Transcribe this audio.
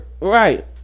Right